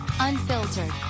Unfiltered